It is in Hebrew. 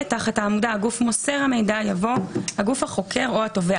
(ב)תחת העמודה "הגוף מוסר המידע" יבוא: "הגוף החוקר או התובע".